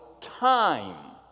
time